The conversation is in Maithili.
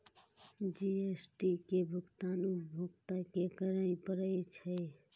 जी.एस.टी के भुगतान उपभोक्ता कें करय पड़ै छै